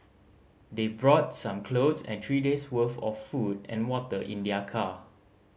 they brought some clothes and three days' worth of food and water in their car